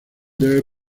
debe